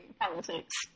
politics